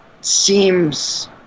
seems